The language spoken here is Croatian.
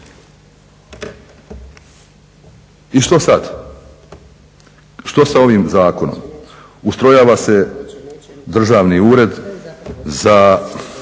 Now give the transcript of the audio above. I što sad? Što sa ovim zakonom? Ustrojava se Državni ured za